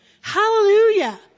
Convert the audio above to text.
hallelujah